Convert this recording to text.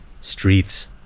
streets